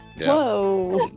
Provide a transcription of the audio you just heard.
Whoa